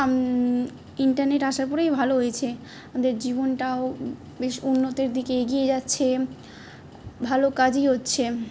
internet আসার পরেই ভালো হয়েছে আমাদের জীবনটাও বেশ উন্নতের দিকে এগিয়ে যাচ্ছে ভালো কাজই হচ্ছে